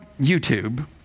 YouTube